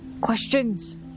questions